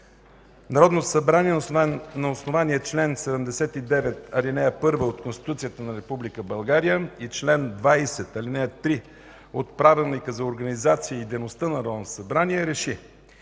„Народното събрание на основание чл. 79, ал. 1 от Конституцията на Република България и чл. 20, ал. 3 от Правилника за организацията и дейността на Народното събрание РЕШИ: